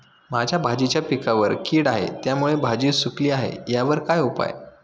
माझ्या भाजीच्या पिकावर कीड आहे त्यामुळे भाजी सुकली आहे यावर काय उपाय?